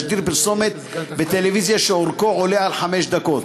תשדיר פרסומת בטלוויזיה שאורכו עולה על חמש דקות.